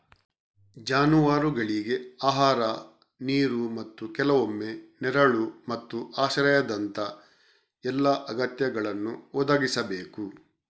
ಜಾನುವಾರುಗಳಿಗೆ ಆಹಾರ, ನೀರು ಮತ್ತು ಕೆಲವೊಮ್ಮೆ ನೆರಳು ಮತ್ತು ಆಶ್ರಯದಂತಹ ಎಲ್ಲಾ ಅಗತ್ಯಗಳನ್ನು ಒದಗಿಸಬೇಕು